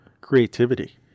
creativity